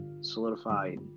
solidified